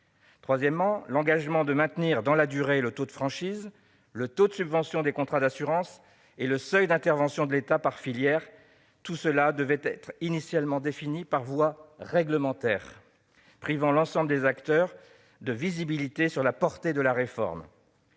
souligner l'engagement de maintenir, dans la durée, le taux de franchise, le taux de subvention des contrats d'assurance et le seuil d'intervention de l'État par filière. Tout cela devait initialement être défini par voie réglementaire, privant l'ensemble des acteurs de visibilité sur la portée de la réforme.